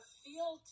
feel